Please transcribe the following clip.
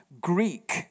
Greek